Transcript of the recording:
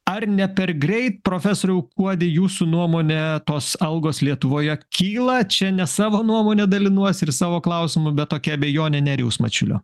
ar ne per greit profesoriau kuodi jūsų nuomone tos algos lietuvoje kyla čia ne savo nuomonę dalinuosi ir savo klausimu bet kokia abejonė nerijaus mačiulio